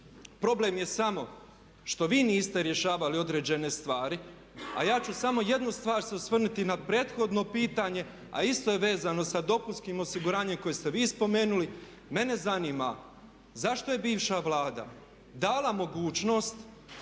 Problem je samo što vi niste rješavali određene stvari, a ja ću samo jednu stvar se osvrnuti na prethodno pitanje, a isto je vezano sa dopunskim osiguranjem koje ste vi spomenuli. Mene zanima zašto je bivša Vlada dala mogućnost